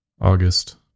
August